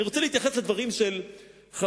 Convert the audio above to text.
אני רוצה להתייחס לדברים של השר,